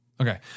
Okay